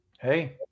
Hey